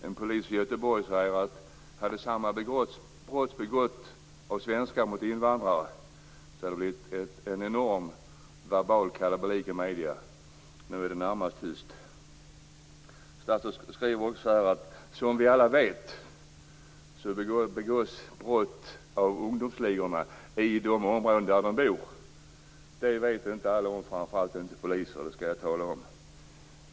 En polis i Göteborg säger: Hade samma brott begåtts av svenskar mot invandrare, så hade det blivit en enorm verbal kalabalik i medierna. Nu är det närmast tyst. Statsrådet säger i svaret: Som vi alla vet begås brott av ungdomsligorna i de områden där de bor. Detta vet inte alla, framför allt inte poliser, så det skall jag tala om.